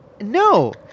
No